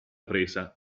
presa